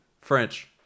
French